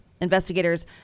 Investigators